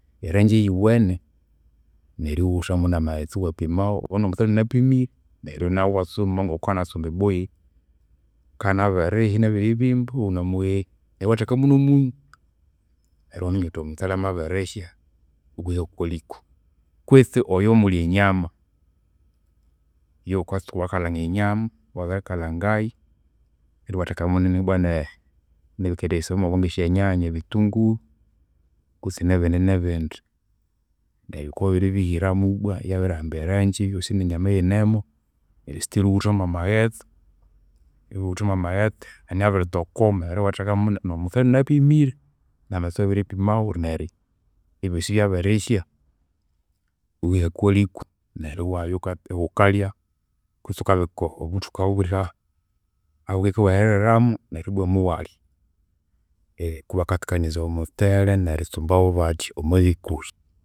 Eranji eyuwene neru ighuthamu namaghetse iwapimaghu, obo namaghetse inanapimire neru naghu iwatsumba ngoku ghukanatsumba eboilo. Akabya nabirihya nabiribimba ghunamughe neru iwathekamu nomunyu. Neru iwaminya ghuthi omutsele amabirisya iwihaghu okwaliku kwitsi oyo omuli enyama, iyo- ghukatsu ghukakalhanga enyama, wabirikalhangayu, neru iwathekamu ibwane nebikayithayisibawamu ibwa ngesyanyanya, ebitunguru kutse nebindinebindi. Neryo ghukabya wabiribihiramu ibwa yabirihamba eranji nenyama iyinemu, neryo still iwithamu amaghestse. Iwuthamu amaghetse inabiritokoma, nomutsele inanapimire namaghetse iwabiripimaghu. Neryo ebyosi byabirihya, iwiha okwaliko neryo iwabya ighukalya kwitsi ighukabika erihika obuthuku obweriramu neribwa imuwalya. Kubakatakanizaya omutsele neritsumbaghu bathya omwabikuhi.